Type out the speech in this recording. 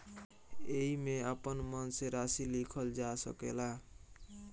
एईमे आपन मन से राशि लिखल जा सकेला